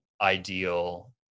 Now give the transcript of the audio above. ideal